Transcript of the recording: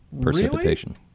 precipitation